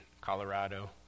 Colorado